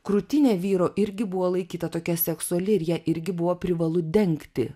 krūtinė vyro irgi buvo laikyta tokia seksuali ir ją irgi buvo privalu dengti